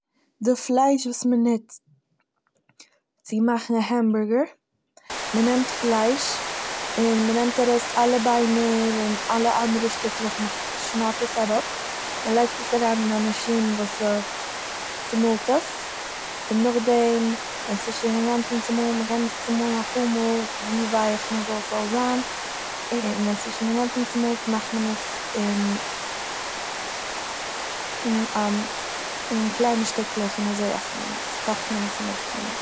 די פלייש וואס מ'נוצט צו מאכן א העמבארגער, מ'נעמט פלייש און מ'נעמט ארויס אלע ביינער און אלע אנדערע שטיקלעך מ'שנייד עס אראפ, מ'לייגט עס אריין אין א מאשין וואס ס'צומאלט עס, און נאכדעם ווען ס'איז שוין אינגאנצן צומאלן מ'קען עס צומאלן אפאר מאל ווי ווייעך מ'וויל ס'זאל זיין און ווען ס'איז שוין אינגאנצן צומאלן מאכט מען עס אין אין קליינע שטיקלעך און אזוי עסט מען עס- קאכט מען עס און עס מען עס.